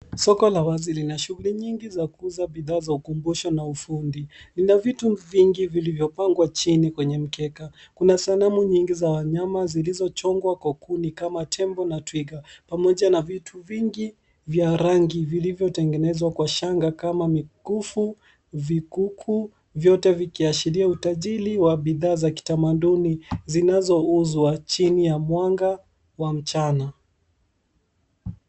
Soko la wazi Lina shughuli nyingi za kuuza bidhaa za ukumbushovna ufundi. Lina vitu vingi vilivyopangwa chini kwenye mkeka. Kuna sanamu nyingi za wanyama zilizochongwa kwa kuni kama tembo na twiga pamoja na viti vingi vya rangi vilivyotengenezwa kwa shanga kama mkufu, vikuku vyote vikiashiria utajiri wa bidhaa za kitamaduni zinazouzwa chini ya mwanga wa mchana.